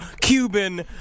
Cuban